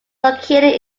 located